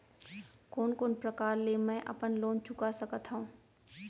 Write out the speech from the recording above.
कोन कोन प्रकार ले मैं अपन लोन चुका सकत हँव?